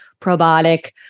probiotic